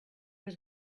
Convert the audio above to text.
was